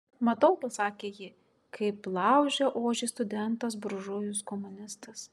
matau pasakė ji kaip laužia ožį studentas buržujus komunistas